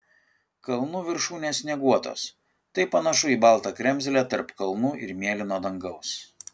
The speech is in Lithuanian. kalnų viršūnės snieguotos tai panašu į baltą kremzlę tarp kalnų ir mėlyno dangaus